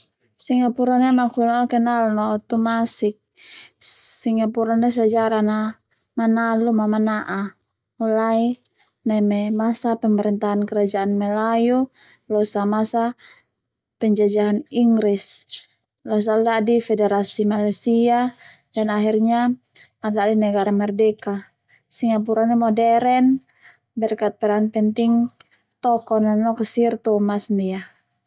Singapura ndia makhulun ala kenal no tumasik Singapura ndia sejarana Manalu ma mana'a mulai neme masa pemerintahan kerajaan Melayu losa masa penjajahan Inggris losa ala dadi federasi Malaysia dan akhirnya ala dadi negara merdeka Singapura ndia moderen berkat peran penting toko na noka sir Thomas ndia.